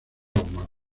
ahumado